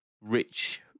rich